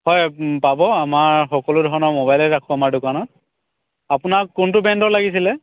হয় পাব আমাৰ সকলো ধৰণৰ মোবাইলে ৰাখোঁ আমাৰ দোকানত আপোনাক কোনটো ব্ৰেণ্ডৰ লাগিছিলে